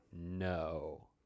No